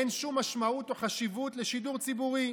אין שום משמעות או חשיבות לשידור ציבורי.